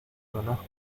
conozco